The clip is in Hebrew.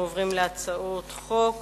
אנחנו עוברים להצעות חוק